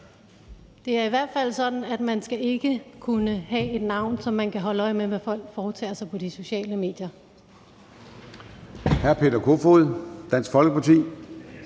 Det er i hvert fald sådan, at man ikke skal kunne have et navn, så man kan holde øje med, hvad folk foretager sig på de sociale medier.